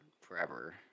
forever